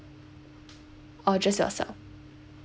or just yourself